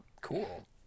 Cool